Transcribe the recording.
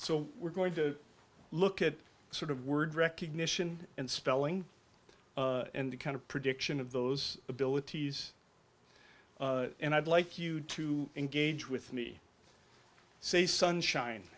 so we're going to look at sort of word recognition and spelling and the kind of prediction of those abilities and i'd like you to engage with me say sunshine